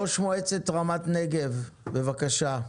ראש מועצת רמת נגב, בבקשה.